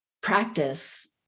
practice